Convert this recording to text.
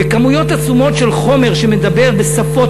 בכמויות עצומות של חומר שמדבר בשפות